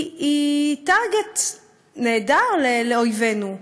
היא target נהדר לאויבינו.